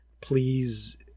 Please